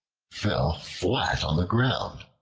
fell flat on the ground,